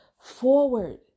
forward